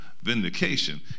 vindication